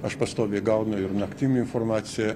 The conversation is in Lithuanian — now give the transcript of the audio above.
aš pastoviai gaunu ir naktim informaciją